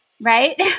right